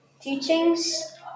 teachings